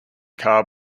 car